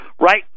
Right